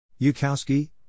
Yukowski